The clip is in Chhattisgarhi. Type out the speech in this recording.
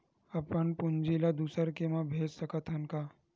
अपन पूंजी ला दुसर के मा भेज सकत हन का?